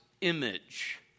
image